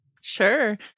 Sure